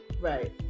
Right